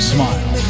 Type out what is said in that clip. Smile